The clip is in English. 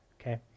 Okay